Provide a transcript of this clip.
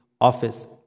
office